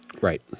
Right